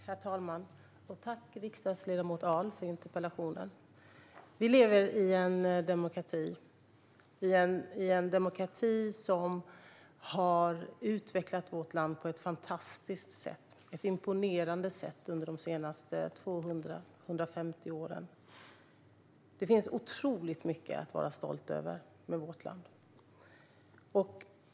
Herr talman! Tack, riksdagsledamot Ahl, för interpellationen! Vi lever i en demokrati som har utvecklat vårt land på ett fantastiskt sätt - ett imponerande sätt - under de senaste 200 eller 150 åren. Det finns otroligt mycket att vara stolt över med vårt land.